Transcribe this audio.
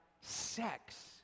sex